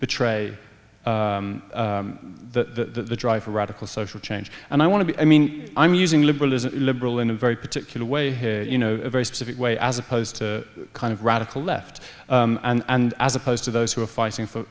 betray the drive for radical social change and i want to be i mean i'm using liberalism liberal in a very particular way you know very specific way as opposed to kind of radical left and as opposed to those who are fighting for